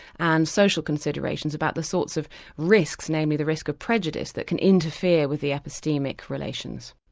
and social considerations about the sorts of risks namely the risk of prejudice that can interfere with the epistemic relations.